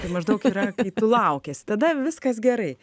tai maždaug yra kai tu laukiesi tada viskas gerai